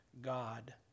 God